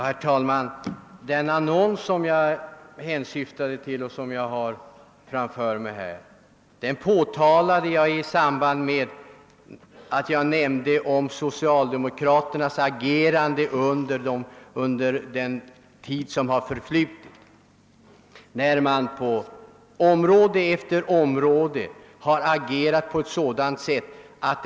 Herr talman! Socialdemokraternas annons — jag har den framför mig här — finner jag missvisande när man tänker på hur socialdemokraterna har agerat. Som jag nämnde har socialdemokraterna på område efter område raserat väsentliga kristna grundvalar.